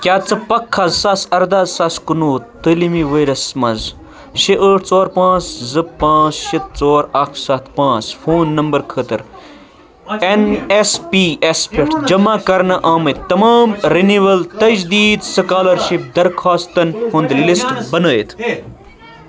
کیٛاہ ژٕ پکھا زٕ ساس اَرداہ زٕ ساس کُنوُہ تعلیٖمی ؤرۍ یَس مَنٛز شےٚ ٲتھ ژور پانٛژھ زٕ پانٛژھ شےٚ ژور اکھ سَتھ پانٛژھ فون نمبر خٲطرٕ این ایس پی یَس پٮ۪ٹھ جمع کرنہٕ آمٕتۍ تمام رِنِول تجدیٖد سُکالرشپ درخواستن ہُنٛد لسٹ بنٲیِتھ؟